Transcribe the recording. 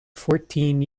fourteen